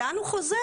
לאן הוא חוזר?